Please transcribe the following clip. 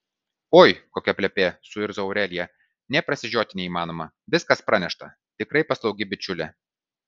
oi kokia plepė suirzo aurelija nė prasižioti neįmanoma viskas pranešta tikrai paslaugi bičiulė